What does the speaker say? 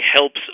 helps